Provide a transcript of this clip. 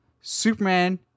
superman